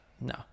No